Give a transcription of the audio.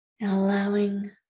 allowing